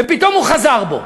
ופתאום הוא חזר בו.